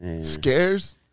Scares